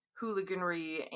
hooliganry